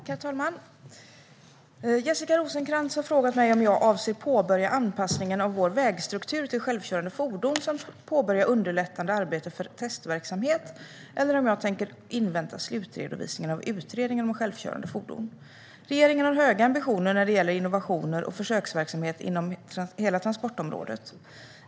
Herr talman! Jessica Rosencrantz har frågat mig om jag avser att påbörja anpassningen av vår vägstruktur till självkörande fordon samt påbörja underlättande arbete för testverksamhet eller om jag tänker invänta slutredovisningen av Utredningen om självkörande fordon på väg. Regeringen har höga ambitioner när det gäller innovationer och försöksverksamhet inom hela transportområdet.